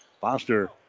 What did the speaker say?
Foster